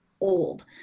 old